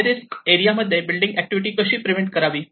हाय risk एरियामध्ये building activity कशी prevent करावी